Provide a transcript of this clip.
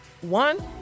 one